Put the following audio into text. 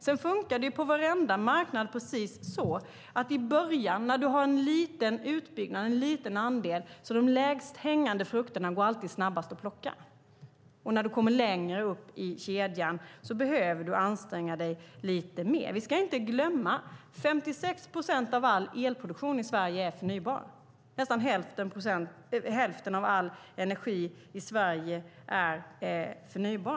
Det funkar på varenda marknad så att i början, när du har en liten utbyggnad, en liten andel, går de lägst hängande frukterna alltid snabbast att plocka. När du kommer högre upp behöver du anstränga dig lite mer. Vi ska inte glömma att 56 procent att all producerad el i Sverige är förnybar. Nästan häften av all energi i Sverige är förnybar.